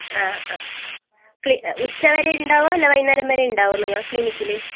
ആ ആ ക്ലി ഉച്ചവരെയിണ്ടാവോ അല്ലേ വൈകുന്നേരം വരെയിണ്ടാവോ നിങ്ങൾ ക്ലിനിക്കിൽ